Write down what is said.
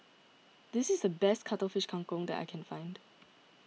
this is the best Cuttlefish Kang Kong that I can find